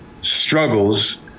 struggles